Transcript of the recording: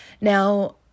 Now